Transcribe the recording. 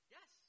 Yes